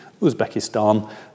Uzbekistan